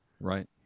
Right